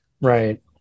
Right